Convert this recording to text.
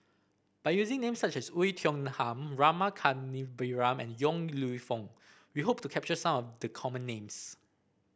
by using names such as Oei Tiong Ham Rama Kannabiran and Yong Lew Foong we hope to capture some of the common names